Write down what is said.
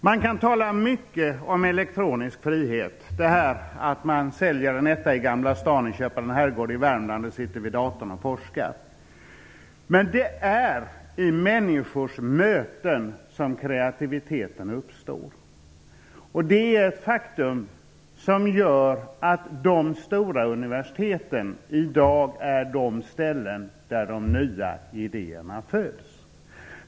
Man kan tala mycket om elektronisk frihet, t.ex. att man säljer en etta i Gamla stan, köper en herrgård i Värmland och sitter vid datorn och forskar. Men det är i människors möten som kreativiteten uppstår. Det är ett faktum som gör att de stora universiteten i dag är de ställen där de nya idéerna föds.